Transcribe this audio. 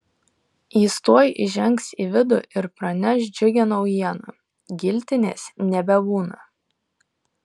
jis tuoj įžengs į vidų ir praneš džiugią naujieną giltinės nebebūna